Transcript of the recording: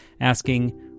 asking